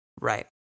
Right